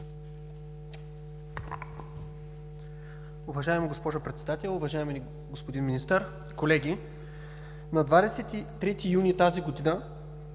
Уважаема госпожо Председател, уважаеми господин Министър, колеги! На 23 юни 2017 г.